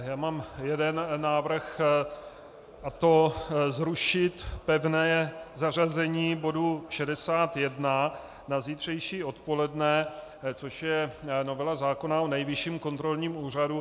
Já mám jeden návrh, a to zrušit pevné zařazení bodu 61 na zítřejší odpoledne, což je novela zákona o Nejvyšším kontrolním úřadu.